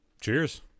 Cheers